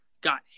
got